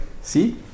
See